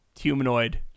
humanoid